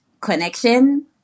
connection